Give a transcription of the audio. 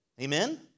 Amen